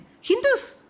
Hindus